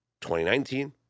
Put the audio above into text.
2019